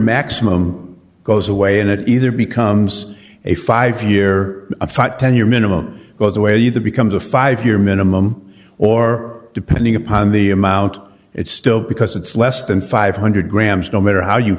maximum goes away and it either becomes a five year ten year minimum goes away you that becomes a five year minimum or depending upon the amount it's still because it's less than five hundred grams no matter how you